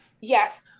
Yes